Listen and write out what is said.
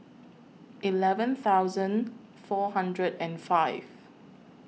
eleven thousand four hundred and five